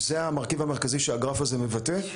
זה המרכיב המרכזי שהגרף הזה מבטא.